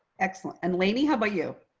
excellent. and lainey, how about you?